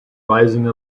rising